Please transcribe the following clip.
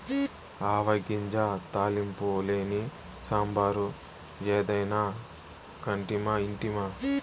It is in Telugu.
ఆవ గింజ తాలింపు లేని సాంబారు ఏదైనా కంటిమా ఇంటిమా